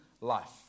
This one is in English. life